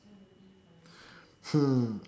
hmm